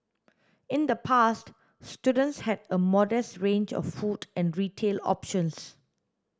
in the past students had a modest range of food and retail options